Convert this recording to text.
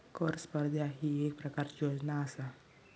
कर स्पर्धा ही येक प्रकारची योजना आसा